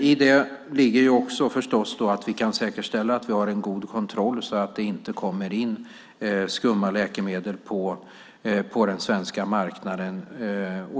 I det ligger också att vi kan säkerställa en god kontroll så att det inte kommer in skumma läkemedel på den svenska marknaden.